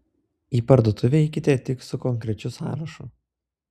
į parduotuvę eikite tik su konkrečiu sąrašu